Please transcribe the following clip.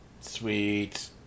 Sweet